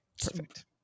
perfect